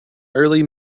early